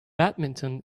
badminton